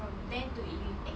from ten to to ele~ eh